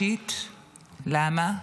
למה?